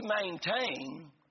maintain